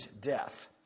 death